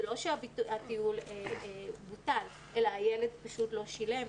זה לא שהטיול בוטל אלא הילד פשוט לא שילם.